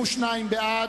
22 בעד,